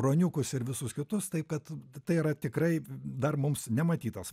ruoniukus ir visus kitus taip kad tai yra tikrai dar mums nematytas